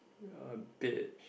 ya dead